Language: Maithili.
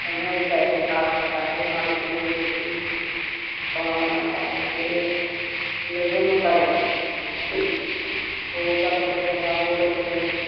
हमहूँ जाइ छिए घास आओर काटबै मार्केट जेबै तऽ कि आओर माथा भुकेबै लेबे नहि करबै बोलैत रहै हइ ओहिपरसँ छौड़बा बोलैत रहै